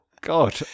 God